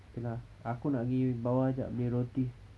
okay lah aku nak pergi bawah jap beli roti